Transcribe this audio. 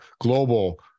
Global